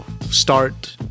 start